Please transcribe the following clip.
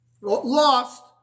lost